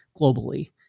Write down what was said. globally